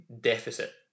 deficit